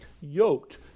yoked